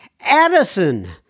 Addison